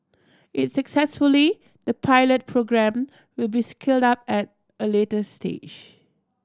if successful the pilot programme will be scaled up at a later stage